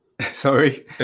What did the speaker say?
Sorry